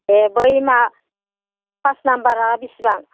ए बै मा पास नाम्बारा बेसेबां